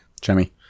Chummy